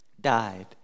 died